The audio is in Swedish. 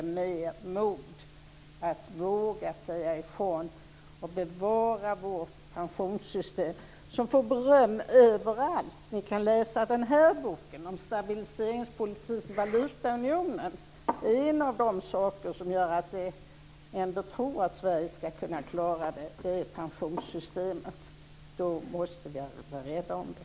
Utskottet borde ha vågat säga ifrån, och bevarat vårt pensionssystem. Det får ju beröm överallt! Ni kan läsa den bok som jag visar här om stabiliseringspolitik i valutaunionen. I boken är pensionssystemet en av de saker som gör att man ändå tror att Sverige ska kunna klara det. Därför måste vi vara rädda om det.